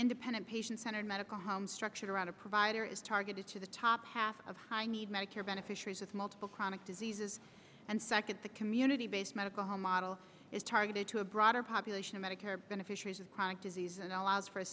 independent patient centered medical home structured around a provider is targeted to the top half of high need medicare beneficiaries with multiple chronic diseases and second the community based medical home model is targeted to a broader population of medicare beneficiaries of chronic disease and allows for a